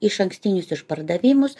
išankstinius išpardavimus